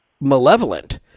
malevolent